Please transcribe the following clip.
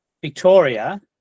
Victoria